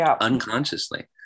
unconsciously